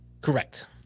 Correct